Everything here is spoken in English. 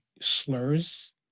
slurs